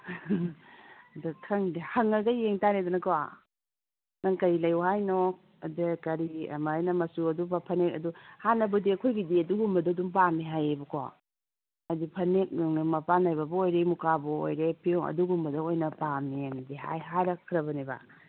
ꯑꯗꯨ ꯈꯪꯗꯦ ꯍꯪꯂꯒ ꯌꯦꯡꯇꯔꯦꯗꯅꯀꯣ ꯅꯪ ꯀꯔꯤ ꯂꯩꯎ ꯍꯥꯏꯅꯣ ꯑꯗ ꯀꯔꯤ ꯀꯃꯥꯏꯅ ꯃꯆꯨ ꯑꯗꯨꯒꯨꯝꯕ ꯐꯅꯦꯛ ꯑꯗꯨ ꯍꯥꯟꯅꯕꯨꯗꯤ ꯑꯩꯈꯣꯏꯒꯤꯗꯤ ꯑꯗꯨꯒꯨꯝꯕꯗꯨ ꯑꯗꯨꯝ ꯄꯥꯝꯃꯤ ꯍꯥꯏꯌꯦꯕꯀꯣ ꯑꯗꯨ ꯐꯅꯦꯛ ꯅꯨꯡꯅꯦꯛ ꯃꯄꯥꯟ ꯅꯥꯏꯕꯕꯨ ꯑꯣꯏꯔꯦ ꯃꯨꯀꯥꯕꯨ ꯑꯣꯏꯔꯦ ꯐꯤꯌꯣꯡ ꯑꯗꯨꯒꯨꯝꯕꯗ ꯑꯣꯏꯅ ꯄꯥꯝꯃꯦꯅꯗꯤ ꯍꯥꯏ ꯍꯥꯏꯔꯛꯈ꯭ꯔꯕꯅꯦꯕ